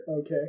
Okay